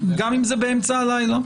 גם אם זה באמצע הלילה.